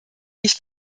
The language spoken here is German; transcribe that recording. ich